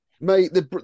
Mate